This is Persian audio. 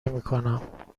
نمیکنم